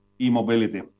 e-mobility